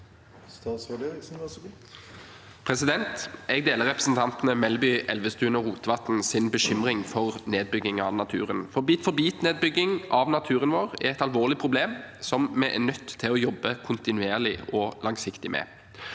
Jeg deler representantene Melby, Elvestuen og Rotevatns bekymring for nedbygging av naturen. Bit-for-bit-nedbygging av naturen vår er et alvorlig problem som vi er nødt til å jobbe kontinuerlig og langsiktig med.